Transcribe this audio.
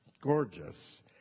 gorgeous